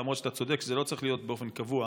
למרות שאתה צודק שזה לא צריך להיות באופן קבוע,